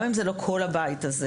גם אם זה לא כל הבית הזה,